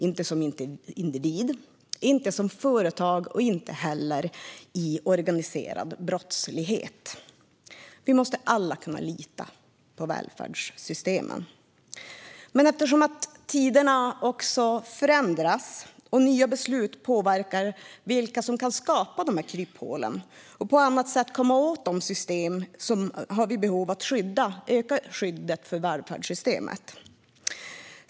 Det ska man inte göra som individ, inte som företag och inte heller i form av organiserad brottslighet. Vi måste alla kunna lita på välfärdssystemen. Eftersom tiderna förändras och nya beslut påverkar vilka som kan skapa kryphålen och på annat sätt komma åt systemen har vi ett behov av att öka skyddet för välfärdssystemet.